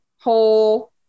whole